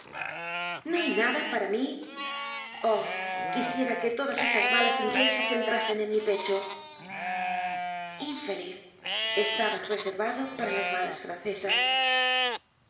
no hay nada para mí oh quisiera que todas esas balas inglesas entrasen en mi pecho infeliz estabas reservado para las balas francesas